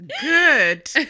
Good